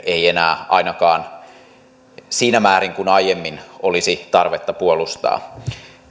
ei enää ainakaan siinä määrin kuin aiemmin olisi tarvetta puolustaa